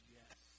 yes